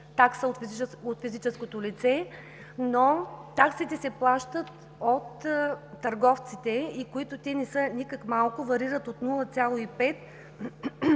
такса от физическото лице, но таксите се плащат от търговците, които не са никак малко, варират от 0,5